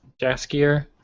Jaskier